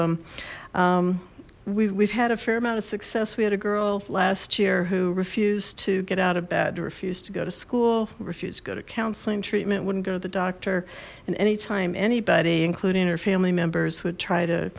them we've had a fair amount of success we had a girl last year who refused to get out of bed to refuse to go to school refused to go to counseling treatment wouldn't go to the doctor and anytime anybody including her family members would try to